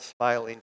smiling